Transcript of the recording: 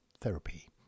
therapy